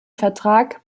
vertrag